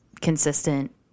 consistent